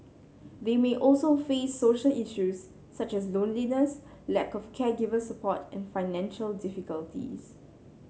they may also face social issues such as loneliness lack of caregiver support and financial difficulties